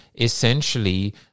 essentially